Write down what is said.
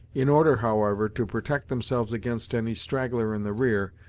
in order, however, to protect themselves against any straggler in the rear,